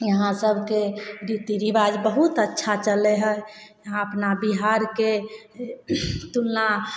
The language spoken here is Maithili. इहाँ सबके रीति रिबाज बहुत अच्छा चलै हइ यहाँ अपना बिहारके तुलना